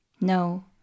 No